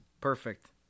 Perfect